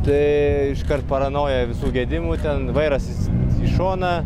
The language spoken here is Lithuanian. tai iškart paranoja visų gedimų ten vairas is į šoną